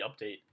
update